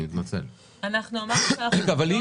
אמרנו שאנחנו נבדוק.